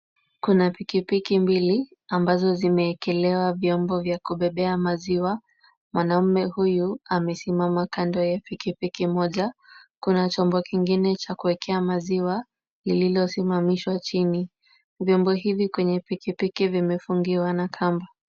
Kuna piki piki mbili ambazo zimewekelewa vyombo vya kubebea maziwa. Mwanaume huyu amesimama kando ya piki piki moja. Kuna chombo kingine cha kuekea maziwa lililosimamishwa chini. Vyombo hivi kwenye pikipiki vimefungiwa na kamba.